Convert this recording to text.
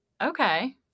okay